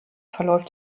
verläuft